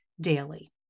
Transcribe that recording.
daily